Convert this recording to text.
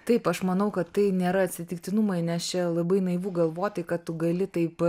taip aš manau kad tai nėra atsitiktinumai nes čia labai naivu galvoti kad tu gali taip